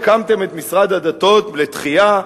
הקמתם את משרד הדתות לתחייה,